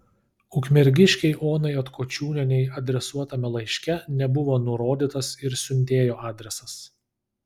ukmergiškei onai atkočiūnienei adresuotame laiške nebuvo nurodytas ir siuntėjo adresas